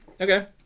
Okay